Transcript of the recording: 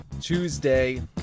Tuesday